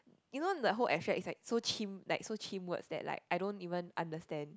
you know the whole abstract is like so chim like so chim words that I don't even understand